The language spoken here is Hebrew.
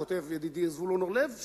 כותב ידידי זבולון אורלב,